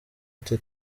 ati